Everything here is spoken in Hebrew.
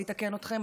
אני אתקן אתכם.